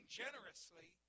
generously